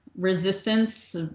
resistance